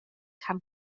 can